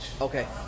Okay